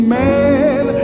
man